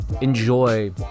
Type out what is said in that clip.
enjoy